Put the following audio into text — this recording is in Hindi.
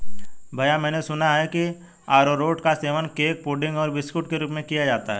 भैया मैंने सुना है कि अरारोट का सेवन केक पुडिंग और बिस्कुट के रूप में किया जाता है